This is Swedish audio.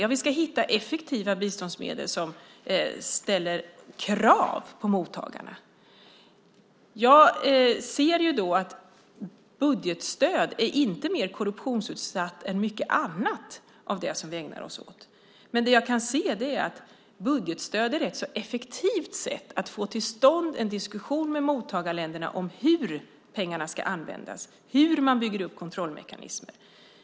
Ja, vi ska hitta effektiva biståndsmedel som ställer krav på mottagarna. Jag ser då att budgetstöd inte är mer korruptionsutsatt än mycket annat av det som vi ägnar oss åt. Men det jag kan se är att budgetstöd är ett rätt effektivt sätt att få till stånd en diskussion med mottagarländerna om hur pengarna ska användas och hur man bygger upp kontrollmekanismer.